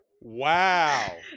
Wow